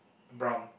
brown